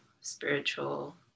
spiritual